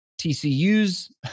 TCU's